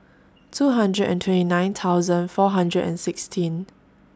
two hundred and twenty nine thousand four hundred and sixteen